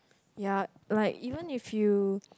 ya like even if you